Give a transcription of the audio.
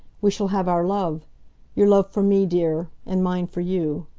we shall have our love your love for me, dear, and mine for you.